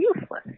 useless